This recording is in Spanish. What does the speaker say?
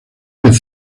vez